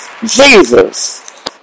Jesus